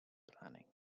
planning